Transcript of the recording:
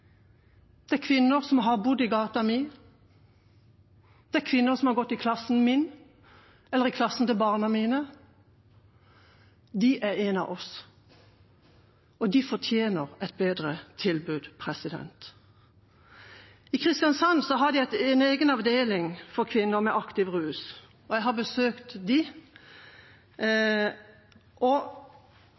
det er kvinner som har bodd i gata mi, det er kvinner som har gått i klassen min eller i klassen til barna mine. Hver av dem er en av oss, og de fortjener et bedre tilbud. I Kristiansand har de en egen avdeling for kvinner med aktiv rus. Jeg har besøkt dem, og de